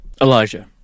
Elijah